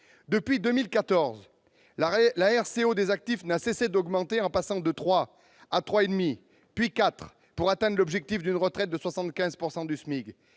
Depuis 2014, la RCO des actifs n'a cessé d'augmenter, en passant de 3 % à 3,5 %, puis 4 %, pour atteindre l'objectif d'une retraite à 75 % du SMIC.